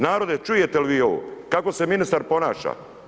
Narode, čujete li vi ovo kako se ministar ponaša?